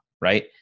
right